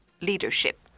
leadership